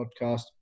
podcast